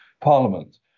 parliament